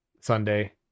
Sunday